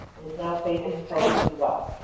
it is now facing covid as well.